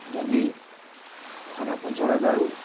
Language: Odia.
ଯଦି ଖରାପ ଜଳବାୟୁ